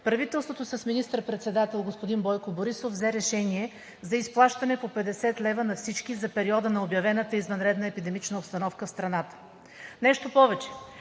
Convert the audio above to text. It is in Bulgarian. правителството с министър-председател господин Бойко Борисов взе решение за изплащане по 50 лв. на всички за периода на обявената извънредна епидемична обстановка в страната. Нещо повече,